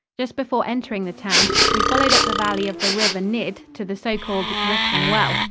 just before entering the town, we followed up the valley of the river nidd to the so-called dripping well,